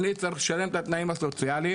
אני צריך לשלם את התנאים הסוציאליים,